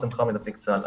אני נציג צבא ההגנה לישראל.